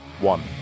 One